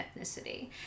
ethnicity